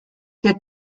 der